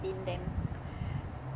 within them